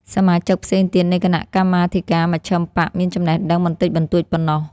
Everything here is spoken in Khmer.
សមាជិកផ្សេងទៀតនៃគណៈកម្មាធិការមជ្ឈិមបក្សមានចំណេះដឹងបន្តិចបន្តួចប៉ុណ្ណោះ ។